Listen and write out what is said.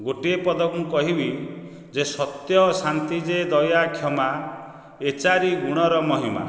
ଗୋଟିଏ ପଦ ମୁଁ କହିବି ଯେ ସତ୍ୟ ଶାନ୍ତି ଯେ ଦୟା କ୍ଷମା ଏ ଚାରି ଗୁଣର ମହିମା